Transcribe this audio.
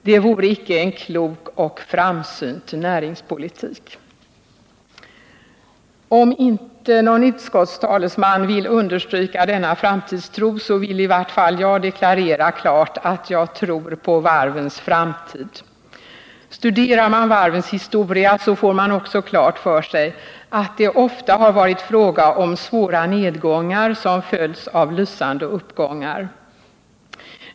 Det vore icke en klok och framsynt näringspolitik.” Om inte någon utskottstalesman vill understryka denna framtidstro, vill i varje fall jag klart deklarera att jag tror på varvens framtid. Studerar man varvens historia får man också klart för sig att det ofta varit fråga om stora nedgångar som följts av lysande uppgångar.